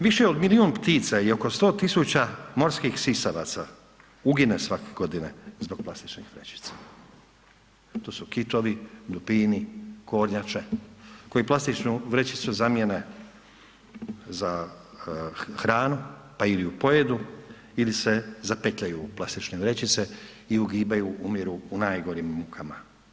Više od milijun ptica i oko 100 000 morskih sisavaca ugine svake godine zbog plastičnih vrećica, to su kitovi, dupini, kornjače koji plastičnu vrećicu zamijene za hranu, pa il ju pojedu ili se zapetljaju u plastične vrećice i ugibaju, umiru u najgorim mukama.